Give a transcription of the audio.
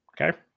Okay